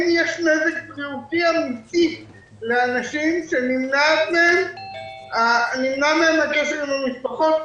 נגרם נזק בריאותי אמיתי לאנשים שנמנע מהם הקשר עם המשפחות.